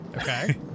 okay